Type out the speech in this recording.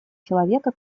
человека